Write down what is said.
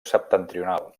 septentrional